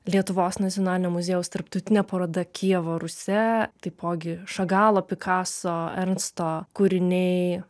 lietuvos nacionalinio muziejaus tarptautinė paroda kijevo rusia taipogi šagalo pikaso ernsto kūriniai